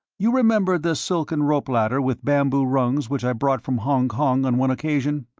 you remember the silken rope-ladder with bamboo rungs which i brought from hongkong on one occasion?